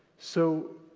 so,